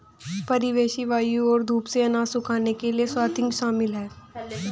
परिवेशी वायु और धूप से अनाज सुखाने के लिए स्वाथिंग शामिल है